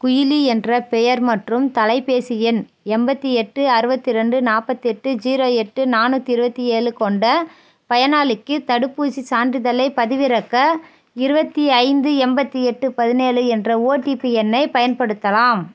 குயிலி என்ற பெயர் மற்றும் தொலைபேசி எண் எண்பத்தி எட்டு அறுபத்தி ரெண்டு நாற்பத்தெட்டு ஜீரோ எட்டு நாணுாற்றி இருபத்தி ஏழு கொண்ட பயனாளிக்கு தடுப்பூசிச் சான்றிதழைப் பதிவிறக்க இருபத்தி ஐந்து எண்பத்தி எட்டு பதினேழு என்ற ஓடிபி எண்ணைப் பயன்படுத்தலாம்